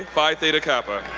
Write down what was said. phi theta kappa.